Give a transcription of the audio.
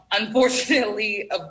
Unfortunately